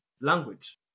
language